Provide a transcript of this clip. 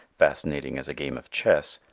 fascinating as a game of chess,